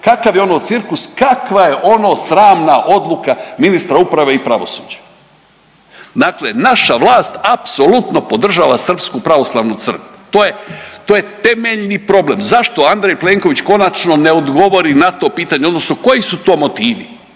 kakav je ono cirkus, kakva je ono sramna odluka ministra uprave i pravosuđa. Dakle, naša vlast apsolutno podržava srpsku pravoslavnu crkvu. To je temeljni problem. Zašto Andrej Plenković konačno ne odgovori na to pitanje, odnosno koji su to motivi?